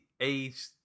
age